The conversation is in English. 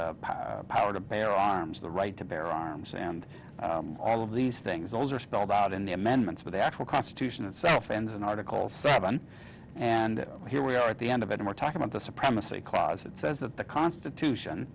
and power to bear arms the right to bear arms and all of these things those are spelled out in the amendments but the actual constitution itself ends in article seven and here we are at the end of it we're talking about the supremacy clause that says that the constitution